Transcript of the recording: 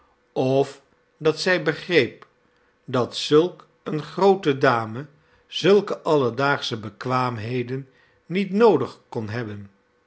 of dat zij begreep dat zulk eene groote dame zulke alledaagsche bekwaamheden niet noodig kon hebben